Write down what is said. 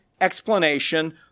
explanation